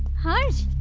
harsh!